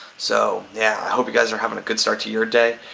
so, yeah, i hope you guys are having a good start to your day.